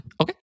Okay